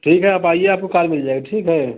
ठीक है आप आइए आपको कार मिल जाएगा ठीक है